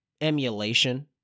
emulation